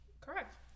correct